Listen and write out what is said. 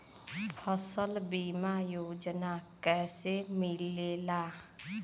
फसल बीमा योजना कैसे मिलेला?